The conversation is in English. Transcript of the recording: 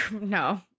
No